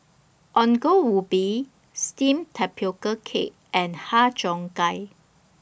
Ongol Ubi Steamed Tapioca Cake and Har Cheong Gai